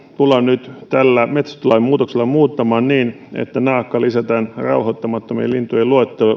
tullaan nyt tällä metsästyslain muutoksella muuttamaan niin että naakka lisätään rauhoittamattomien lintujen